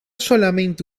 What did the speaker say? solamente